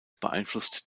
beeinflusst